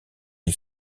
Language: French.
des